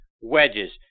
wedges